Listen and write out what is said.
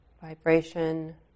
vibration